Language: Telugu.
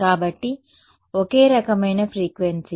కాబట్టి ఒకే రకమైన ఫ్రీక్వెన్సీ